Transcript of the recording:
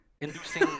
inducing